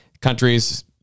Countries